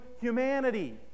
humanity